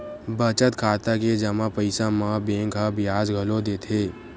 बचत खाता के जमा पइसा म बेंक ह बियाज घलो देथे